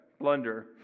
blunder